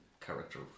character